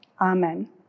amen